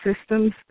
systems